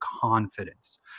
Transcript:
confidence